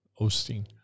Osteen